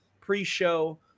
pre-show